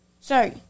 Sorry